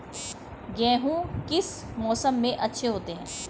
गेहूँ किस मौसम में अच्छे होते हैं?